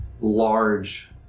large